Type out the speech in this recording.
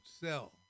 sell